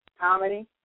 comedy